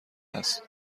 است